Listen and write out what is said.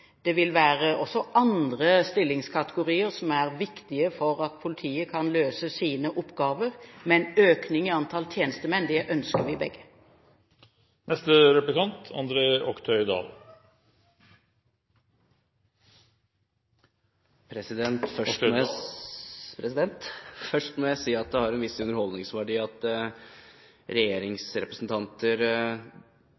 Det vil også være andre stillingskategorier som er viktige for at politiet skal kunne løse sine oppgaver, men en økning i antallet tjenestemenn ønsker vi begge. Først må jeg si at det har en viss underholdningsverdi at